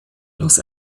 los